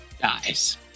dies